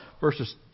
verses